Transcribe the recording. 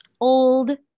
old